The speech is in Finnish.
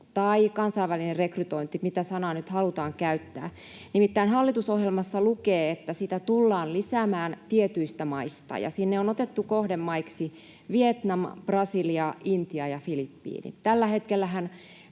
tai kansainvälinen rekrytointi, mitä sanaa nyt halutaankaan käyttää. Nimittäin hallitusohjelmassa lukee, että sitä tullaan lisäämään tietyistä maista, ja sinne on otettu kohdemaiksi Vietnam, Brasilia, Intia ja Filippiinit. Tällä hetkellähän